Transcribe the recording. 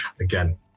again